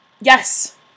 yes